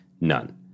None